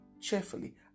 cheerfully